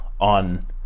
on